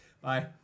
Bye